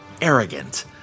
arrogant